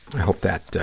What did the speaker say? i hope that,